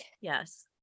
yes